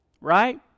Right